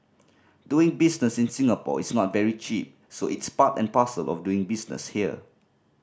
doing business in Singapore is not very cheap so it's part and parcel of doing business here